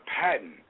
patent